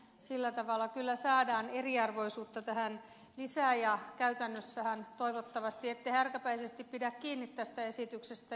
sillä tavalla kyllä saadaan eriarvoisuutta tähän lisää ja käytännössähän toivottavasti ette härkäpäisesti pidä kiinni tästä esityksestä